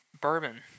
bourbon